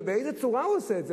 ובאיזו צורה הוא עושה את זה,